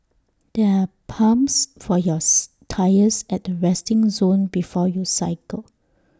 there are pumps for yours tyres at the resting zone before you cycle